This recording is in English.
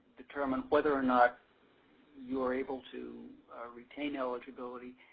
determine whether or not you are able to retain eligibility.